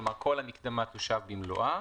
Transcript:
כלומר כל המקדמה תושב במלואה.